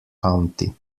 county